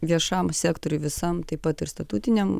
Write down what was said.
viešam sektoriui visam taip pat ir statutiniam